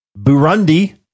Burundi